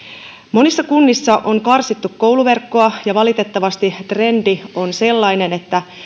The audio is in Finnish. monissa kunnissa on karsittu kouluverkkoa ja valitettavasti trendi on sellainen että